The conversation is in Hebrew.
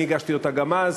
אני הגשתי אותה גם אז,